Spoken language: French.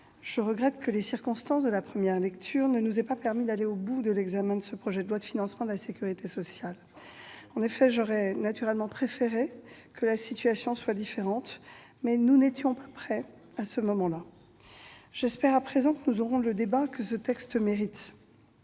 je regrette que les circonstances de la première lecture ne nous aient pas permis d'aller au bout de l'examen de ce projet de loi de financement de la sécurité sociale (PLFSS). J'aurais naturellement préféré que la situation soit différente, mais nous n'étions pas prêts, à ce moment-là. J'espère, à présent, que nous aurons le débat que ce texte mérite.